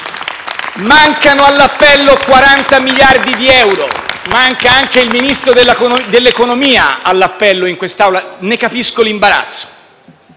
Mancano all'appello 40 miliardi di euro e manca anche il Ministro dell'economia all'appello in quest'Aula: ne capisco l'imbarazzo.